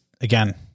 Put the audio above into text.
again